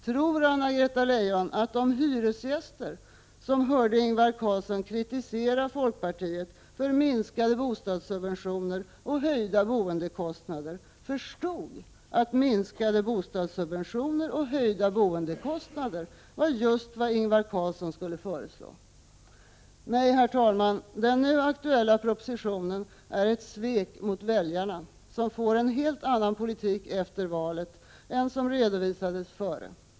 Tror Anna-Greta Leijon att de hyresgäster som hörde Ingvar Carlsson kritisera folkpartiet för minskade bostadssubventioner och höjda boendekostnader, förstod att minskade bostadssubventioner och höjda boendekostnader var just vad Ingvar Carlsson skulle föreslå? Nej, herr talman, den nu aktuella propositionen är ett svek mot väljarna som får en helt annan politik efter valet än som redovisades före valet.